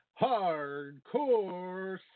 Hardcore